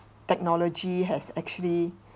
technology has actually